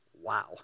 wow